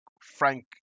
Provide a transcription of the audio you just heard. Frank